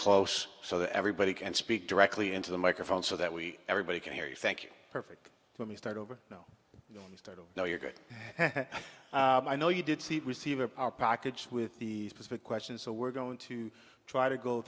close so that everybody can speak directly into the microphone so that we everybody can hear you thank you perfect let me start over no no no you're good i know you did see receiver our package with the specific question so we're going to try to go